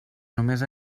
només